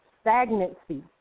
stagnancy